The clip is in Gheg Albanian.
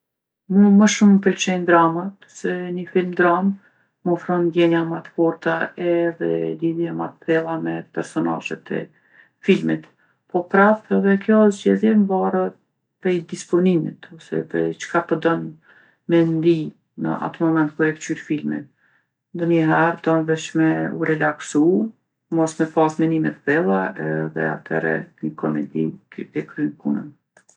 Mu më shumë m'pëlqejnë dramat se ni film dramë m'ofron ndjenja ma t'forta edhe ndjenje ma t'thella me personazhet e filmit. Po prapë edhe kjo zgjedhje mvaret prej disponimit ose edhe çka po don me ndi në atë moment kur e kqyr filmin. Ndonjiherë don veç me u relaksu, mos me pasë menime t'thella edhe athere ni komedi e kryn punën.